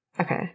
Okay